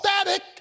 static